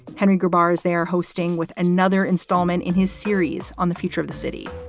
henry gerberas. they are hosting with another installment in his series on the future of the city.